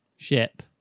Ship